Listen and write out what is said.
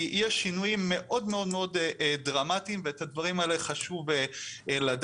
יש שינויים מאוד דרמטיים ואת הדברים האלה חשוב לדעת,